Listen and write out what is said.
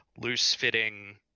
loose-fitting